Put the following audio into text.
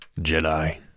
Jedi